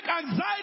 anxiety